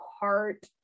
heart